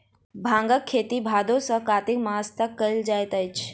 भांगक खेती भादो सॅ कार्तिक मास तक कयल जाइत अछि